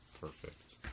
Perfect